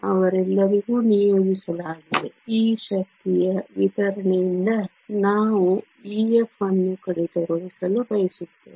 ಅವರೆಲ್ಲರಿಗೂ ನಿಯೋಜಿಸಲಾಗಿದೆ ಈ ಶಕ್ತಿಯ ವಿತರಣೆಯಿಂದ ನಾವು EF ಅನ್ನು ಕಡಿತಗೊಳಿಸಲು ಬಯಸುತ್ತೇವೆ